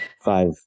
five